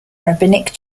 rabbinic